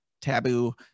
taboo